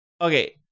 Okay